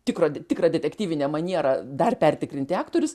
tikro tikra detektyvine maniera dar pertikrinti aktorius